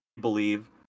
believe